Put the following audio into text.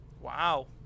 Wow